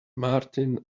martin